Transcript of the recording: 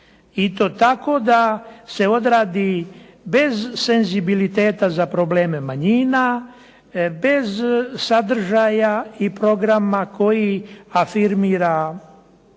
i to tako da se odradi bez senzibiliteta za probleme manjina, bez sadržaja i programa koji afirmira